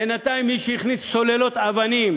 בינתיים, מי שהכניס סוללות אבנים